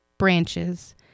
branches